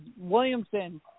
Williamson